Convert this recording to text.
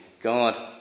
God